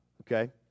okay